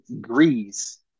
grease